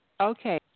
Okay